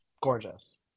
Gorgeous